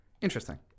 Interesting